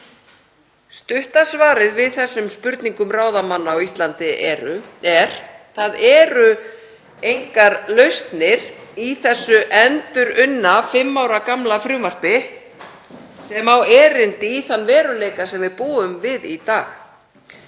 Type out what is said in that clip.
bregðast. Stutta svarið við þessum spurningum ráðamanna á Íslandi er: Það eru engar lausnir í þessu endurunna fimm ára gamla frumvarpi sem á erindi í þann veruleika sem við búum við í dag.